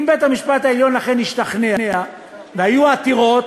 אם בית-המשפט העליון אכן השתכנע, והיו עתירות